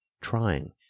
trying